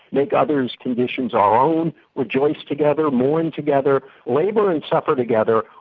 make others' conditions our own, rejoice together, mourn together, labour and suffer together,